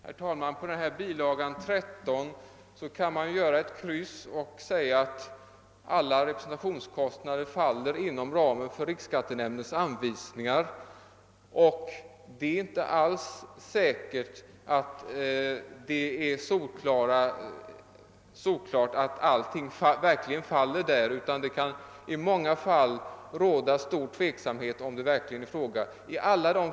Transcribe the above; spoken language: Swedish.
Herr talman! På bilaga 13 kan man med ett kryss markera om alla representationskostnader faller inom ramen för riksskattenämndens anvisningar. Det är emellertid i många fall inte alls solklart att alla sådana kostnader verkligen faller inom denna ram, utan det kan ofta råda stor tveksamhet huruvida så verkligen är förhållandet.